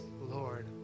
Lord